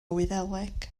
wyddeleg